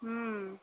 হুম